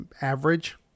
average